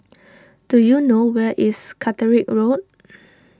do you know where is Catterick Road